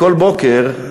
כל בוקר,